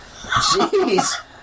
jeez